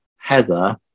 Heather